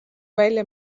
välja